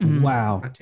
wow